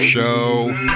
Show